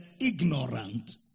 ignorant